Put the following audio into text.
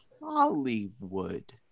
Hollywood